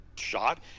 shot